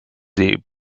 hip